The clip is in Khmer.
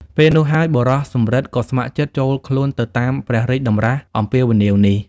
ពេលនោះហើយ បុរសសំរិទ្ធ ក៏ស្ម័គ្រចិត្តចូលខ្លួនទៅតាមព្រះរាជតម្រាស់អំពាវនាវនេះ ។